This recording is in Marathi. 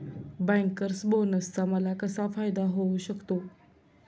बँकर्स बोनसचा मला कसा फायदा होऊ शकतो?